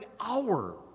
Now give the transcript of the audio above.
hour